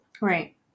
Right